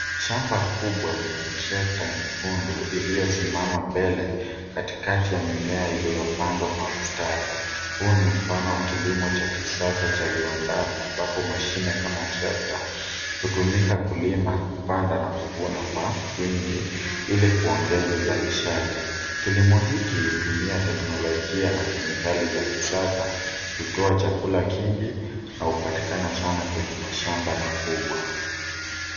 Shamba kubwa lenye trekta nyekundu iliyosimama mbele katikati ya mimea iliyopandwa kwa mstari. Huu ni mfano wa kilimo cha kisasa cha viwandani ambapo mashine kama trekata hutumika kulima kupanda na kuvuna kwa wingi ili kuongeza uzalishaji. Kilimo hiki hutumia teknolojia na kemikali cha kisasa kutoa chakula kingi na hupatikana sana kwenye mashamba makubwa.